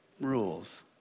rules